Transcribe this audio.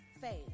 faith